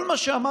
כל מה שאמרנו,